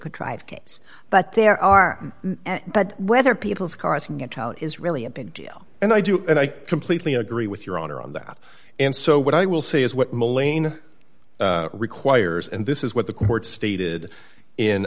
contrived case but there are but whether people's cars can get out is really a big deal and i do and i completely agree with your honor on that and so what i will say is what moline requires and this is what the court stated in